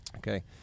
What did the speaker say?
Okay